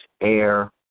air